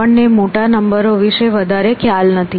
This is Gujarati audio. આપણને મોટા નંબરો વિશે વધારે ખ્યાલ નથી